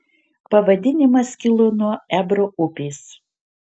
pavadinimas kilo nuo ebro upės